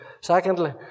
Secondly